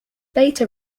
beta